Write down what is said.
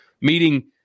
meeting